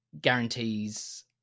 guarantees